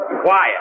Quiet